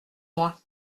moi